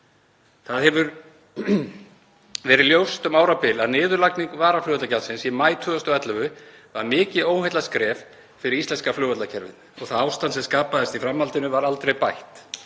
Það hefur verið ljóst um árabil að niðurlagning varaflugvallagjaldsins í maí 2011 var mikið óheillaskref fyrir íslenska flugvallakerfið og það ástand sem skapaðist í framhaldinu var aldrei bætt.